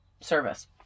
service